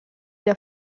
der